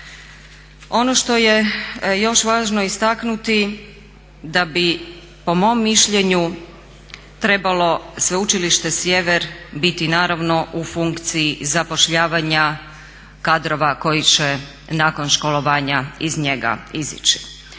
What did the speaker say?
Ono što je još važno istaknuti, da bi po mom mišljenju trebalo Sveučilište Sjever biti naravno u funkciji zapošljavanja kadrova koji će nakon školovanja iz njega izaći.